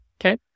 Okay